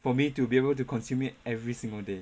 for me to be able to consume it every single day